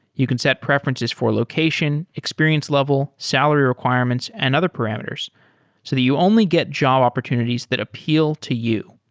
you can set preferences for location, experience level, salary requirements and other parameters so that you only get job opportunities that appeal to you.